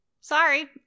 sorry